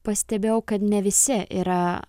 pastebėjau kad ne visi yra